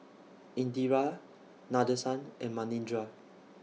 Indira Nadesan and Manindra